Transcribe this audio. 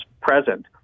present